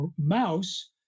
mouse